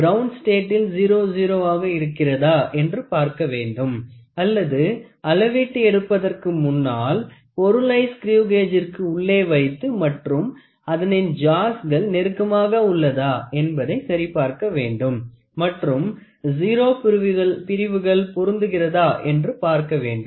ground ஸ்டேட்டில் 00 இருக்கிறதா என்று பார்க்க வேண்டும் அல்லது அளவீட்டு எடுப்பதற்கு முன்னால் பொருளை ஸ்கரீவ் கேஜிற்கு உள்ளே வைத்து மற்றும் அதனின் ஜாஸ்கள் நெருக்கமாக உள்ளதா என்பதை சரிபார்க்க வேண்டும் மற்றும் 0 பிரிவுகள் பொருந்துகிறதா என்று பார்க்க வேண்டும்